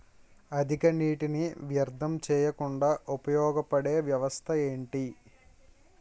అధిక నీటినీ వ్యర్థం చేయకుండా ఉపయోగ పడే వ్యవస్థ ఏంటి